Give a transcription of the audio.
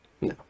No